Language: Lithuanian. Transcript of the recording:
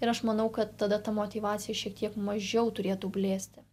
ir aš manau kad tada ta motyvacija šiek tiek mažiau turėtų blėsti